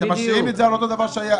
על פי מה חושב ה-370 שקל?